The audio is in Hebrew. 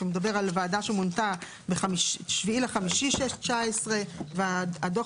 שמדבר על ועדה שמונתה ב-7 במאי 2019, והדוח